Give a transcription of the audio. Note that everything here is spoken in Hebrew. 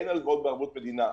אין הלוואות בערבות מדינה,